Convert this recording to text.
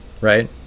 right